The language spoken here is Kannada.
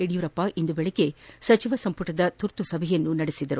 ಯಡಿಯೂರಪ್ಪ ಇಂದು ಬೆಳಿಗ್ಗೆ ಸಚಿವ ಸಂಪುಟದ ತುರ್ತು ಸಭೆಯನ್ನು ನಡೆಸಿದರು